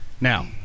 Now